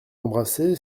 embrasser